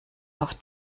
auf